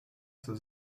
zur